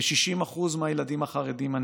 כ-60% מהילדים החרדים,